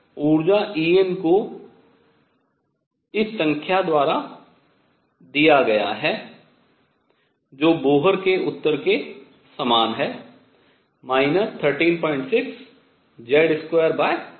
ऊर्जा En को इस संख्या द्वारा दिया गया है जो बोहर के उत्तर समान है 136Z2n2 इलेक्ट्रॉन वोल्ट